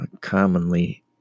commonly